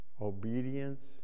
Obedience